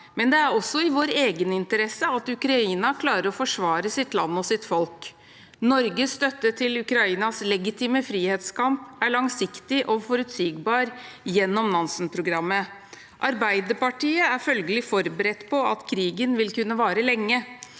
men det er også i vår egen interesse at Ukraina klarer å forsvare sitt land og sitt folk. Norges støtte til Ukrainas legitime frihetskamp er langsiktig og forutsigbar gjennom Nansen-programmet. Arbeiderpartiet er følgelig forberedt på at krigen vil kunne vare lenge,